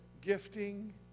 gifting